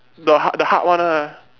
the heart the heart one ah